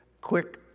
quick